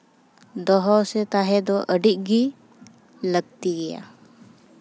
ᱫᱚᱦᱚ ᱥᱮ ᱛᱟᱦᱮᱸ ᱫᱚ ᱟᱹᱰᱤᱜᱮ ᱞᱟᱹᱠᱛᱤ ᱜᱮᱭᱟ